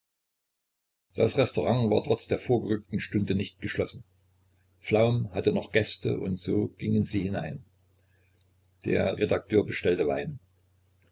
das restaurant war trotz der vorgerückten stunde nicht geschlossen flaum hatte noch gäste und so gingen sie hinein der redakteur bestellte wein